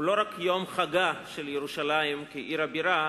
הוא לא רק יום חגה של ירושלים כעיר הבירה,